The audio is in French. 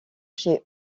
chez